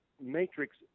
matrix